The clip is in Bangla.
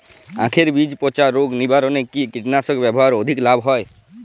আঁখের বীজ পচা রোগ নিবারণে কি কীটনাশক ব্যবহারে অধিক লাভ হয়?